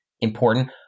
important